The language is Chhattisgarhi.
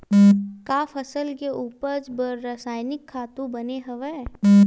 का फसल के उपज बर रासायनिक खातु बने हवय?